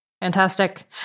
Fantastic